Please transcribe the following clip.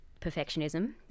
perfectionism